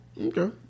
Okay